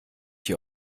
hier